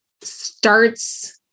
starts